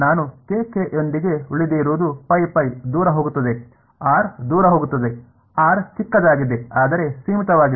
ನಾನು ಕೆ ಕೆಯೊಂದಿಗೆ ಉಳಿದಿರುವುದು ದೂರ ಹೋಗುತ್ತದೆ r ದೂರ ಹೋಗುತ್ತದೆ r ಚಿಕ್ಕದಾಗಿದೆ ಆದರೆ ಸೀಮಿತವಾಗಿದೆ